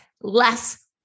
less